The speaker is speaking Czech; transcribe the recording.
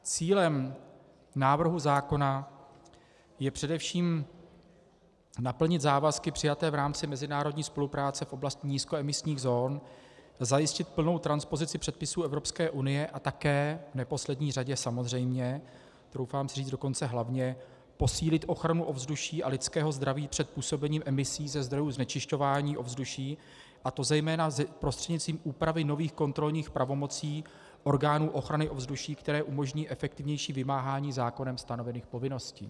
Cílem návrhu zákona je především naplnit závazky přijaté v rámci mezinárodní spolupráce v oblasti nízkoemisních zón a zajistit plnou transpozici předpisů Evropské unie a také samozřejmě v neposlední řadě, troufám si říct dokonce hlavně, posílit ochranu ovzduší a lidského zdraví před působením emisí ze zdrojů znečišťování ovzduší, a to zejména prostřednictvím úpravy nových kontrolních pravomocí orgánů ochrany ovzduší, které umožní efektivnější vymáhání zákonem stanovených povinností.